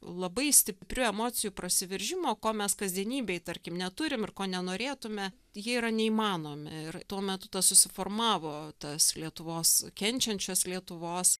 labai stiprių emocijų prasiveržimo ko mes kasdienybėj tarkim neturim ir ko nenorėtume jie yra neįmanomi ir tuo metu tas susiformavo tas lietuvos kenčiančios lietuvos